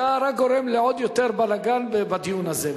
אתה רק גורם לעוד יותר בלגן בדיון הזה,